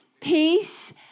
peace